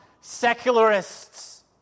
secularists